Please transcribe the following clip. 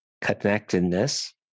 connectedness